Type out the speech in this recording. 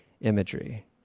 imagery